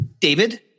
David